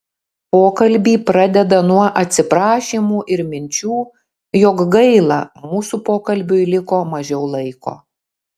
pokalbį pradeda nuo atsiprašymų ir minčių jog gaila mūsų pokalbiui liko mažiau laiko